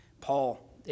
Paul